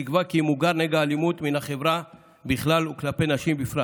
בתקווה כי ימוגר נגע האלימות מן החברה בכלל וכלפי נשים בפרט.